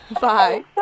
Bye